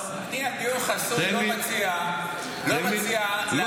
אני על דיון חסוי לא מציע --- לא מציע --- תן לי,